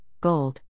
gold